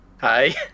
Hi